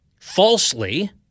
falsely